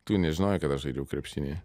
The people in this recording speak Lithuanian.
tu nežinojai kad aš žaidžiau krepšinį